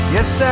Yes